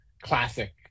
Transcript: classic